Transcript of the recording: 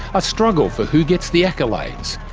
a struggle for who gets the accolades,